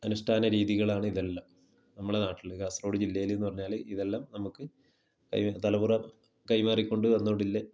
അനുഷ്ഠാന രീതികളാണ് ഇതെല്ലാം നമ്മളുടെ നാട്ടിൽ കാസർഗോഡ് ജില്ലയില്ന്ന് പറഞ്ഞാൽ ഇതെല്ലാം നമുക്ക് കൈമാറി തലമുറ കൈമാറി കൊണ്ട് വന്നോണ്ടില്ല